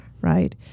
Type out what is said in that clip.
right